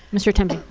mr. temby.